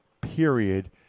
period